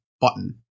button